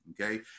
okay